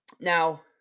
Now